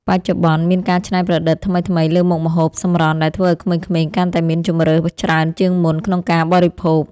បច្ចុប្បន្នមានការច្នៃប្រឌិតថ្មីៗលើមុខម្ហូបសម្រន់ដែលធ្វើឱ្យក្មេងៗកាន់តែមានជម្រើសច្រើនជាងមុនក្នុងការបរិភោគ។